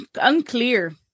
unclear